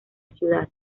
ciudad